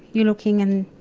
you're looking and,